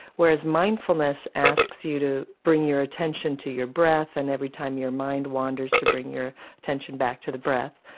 whereas mindfulness asks you to bring your attention to your breath and every time your mind wanders, to bring your attention back to the breath,